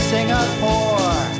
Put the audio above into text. Singapore